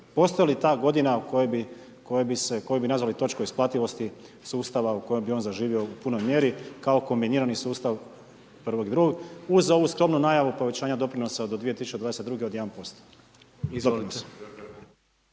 Postoji li ta godina koju bi nazvali točku isplativosti sustava u kojoj bi on zaživio u punoj mjeri kao kombinirani sustav prvog i drugog, uz ovu skromnu najavu povećanja doprinosa do 2022. od 1%?